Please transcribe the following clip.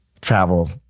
travel